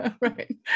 right